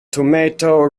tomato